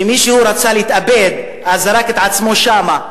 כשמישהו רצה להתאבד, זרק את עצמו שמה.